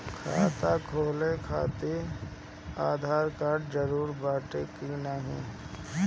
खाता खोले काहतिर आधार कार्ड जरूरी बाटे कि नाहीं?